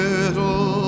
Little